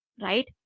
right